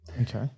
Okay